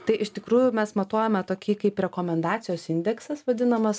tai iš tikrųjų mes matuojame tokį kaip rekomendacijos indeksas vadinamas